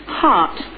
heart